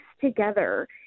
together